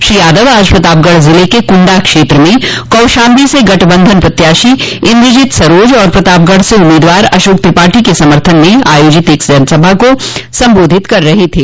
श्री यादव आज प्रतापगढ़ ज़िले के कुंडा क्षेत्र में कौशाम्बी से गठबंधन प्रत्याशी इन्द्रजीत सरोज और प्रतापगढ़ से उम्मीदवार अशोक त्रिपाठी के समर्थन में आयोजित एक जनसभा को संबोधित कर रहे थे